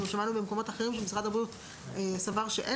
אנחנו שמענו במקומות אחרים שמשרד הבריאות סבר שאין